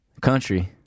Country